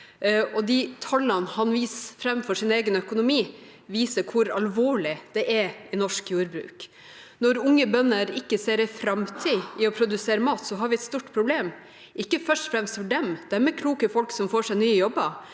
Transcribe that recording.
og de tallene han viser fram for sin egen økonomi, viser hvor alvorlig det er i norsk jordbruk. Når unge bønder ikke ser en framtid i å produsere mat, har vi et stort problem, men ikke først og fremst for dem, for de er kloke folk som får seg nye jobber.